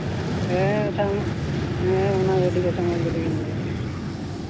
ᱦᱮᱸ ᱟᱪᱪᱷᱟ ᱦᱮᱸ ᱚᱱᱟ ᱜᱟᱹᱰᱤ ᱜᱮ ᱟᱪᱪᱷᱟ ᱢᱚᱡᱽ ᱜᱟᱹᱰᱤᱜᱮᱧ ᱤᱫᱤᱭᱟ